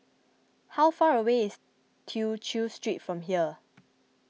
how far away is Tew Chew Street from here